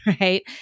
right